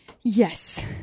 Yes